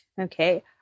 Okay